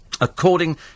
According